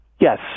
Yes